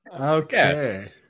Okay